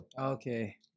Okay